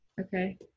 okay